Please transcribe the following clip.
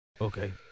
Okay